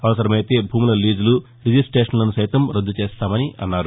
అవసరమైతే భూముల లీజులు రిజిస్టేషన్లను సైతం రద్ద చేస్తామన్నారు